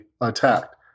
attacked